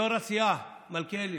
אדוני יו"ר הסיעה מלכיאלי,